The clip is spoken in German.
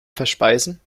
verspeisen